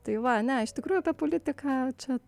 tai va ne iš tikrųjų ta politika čia